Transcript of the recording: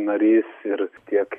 narys ir tiek